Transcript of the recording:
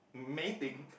mating